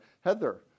Heather